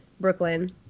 Brooklyn